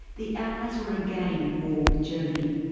the allies were again at war with germany,